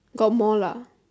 got mall ah